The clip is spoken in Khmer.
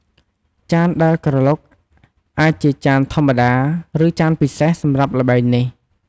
ចានដែលក្រឡុកអាចជាចានធម្មតា ឬចានពិសេសសម្រាប់ល្បែងនេះ។